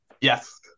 yes